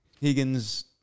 Higgins